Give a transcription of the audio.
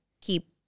keep